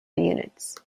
units